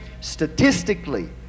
statistically